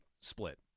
split